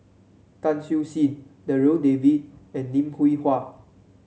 Tan Siew Sin Darryl David and Lim Hwee Hua